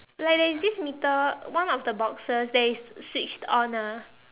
like there's this meter one of the boxes that is switched on ah